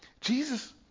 Jesus